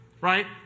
right